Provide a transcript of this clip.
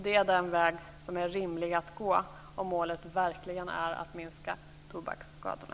Det är den väg som är rimlig att gå om målet verkligen är att minska tobaksskadorna.